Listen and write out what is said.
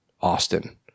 Austin